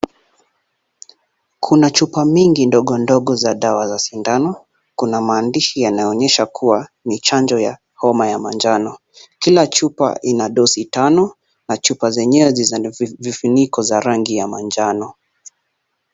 Kuna chupa mingi ndogo ndogo za dawa za shindano ,kuna maandishi yanayoonyesha kuwa ni chanjo ya homa ya manjano ,Kila chupa ina dozi tano na chupa zenyewe zina vifuniko za rangi ya manjano.